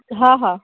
हा हा